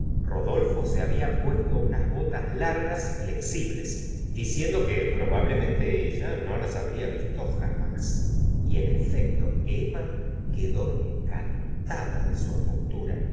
rodolfo se había puesto unas botas largas flexibles diciéndose que probablemente ella no las habría visto jamás y en efecto emma quedó encantada de su apostura